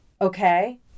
Okay